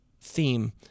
theme